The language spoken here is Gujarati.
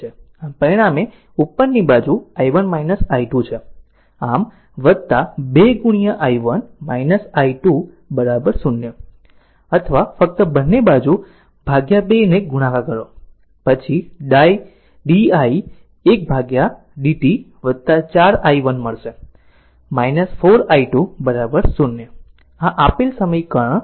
આમ પરિણામે ઉપરની બાજુ i1 i2 છે આમ 2 i1 i2 0 અથવા ફક્ત બંને બાજુ 2 ને ગુણાકાર કરો પછી ડાય 1 dt 4 i 1 મળશે 4 i 2 0 આ આપેલ સમીકરણ 3 છે